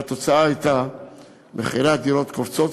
והתוצאה הייתה שמחירי הדירות היו קופצים.